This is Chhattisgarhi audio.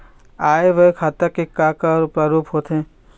आय व्यय खाता के का का प्रारूप होथे?